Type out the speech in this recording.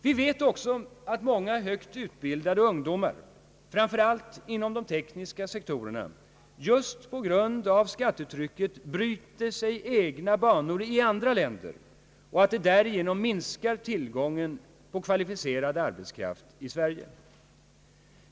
Vi vet också att många högt utbildade ungdomar, framför allt inom de tekniska sektorerna, just på grund av skattetrycket bryter sig egna banor i andra länder och att de därigenom minskar tillgången på kvalificerad arbetskraft i Sverige.